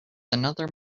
another